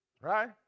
right